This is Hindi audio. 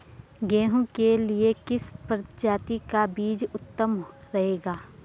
गेहूँ के लिए किस प्रजाति का बीज उत्तम रहेगा?